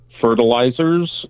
fertilizers